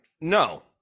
No